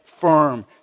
firm